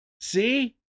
See